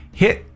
hit